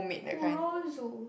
Kurozu